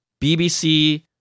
BBC